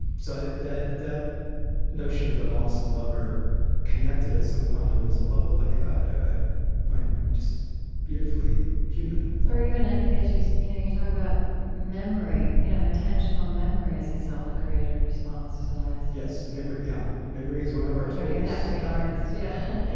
so that that notion that loss and love are connected at some fundamental level like that i find just beautifully human or even i think as you you know you talk about memory, you know, intentional memory is itself a creative response to loss, right? yes. memory, yeah. memory is one of our tools and you and have to be an artist. yeah